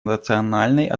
национальной